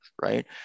Right